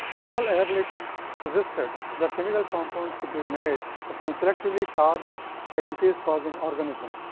paul ehrlich suggested that chemical compounds could be made, but can selectively target a disease-causing organism.